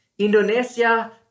Indonesia